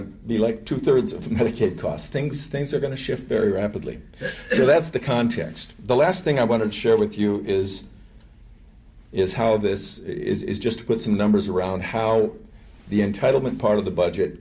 to be like two thirds of the medicaid costs things things are going to shift very rapidly so that's the context the last thing i want to share with you is is how this is just put some numbers around how the entitlement part of the budget